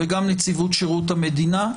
וגם לגבי נציבות שירות המדינה.